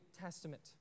Testament